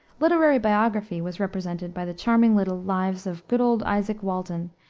literary biography was represented by the charming little lives of good old izaak walton,